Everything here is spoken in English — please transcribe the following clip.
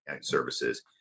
services